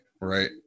right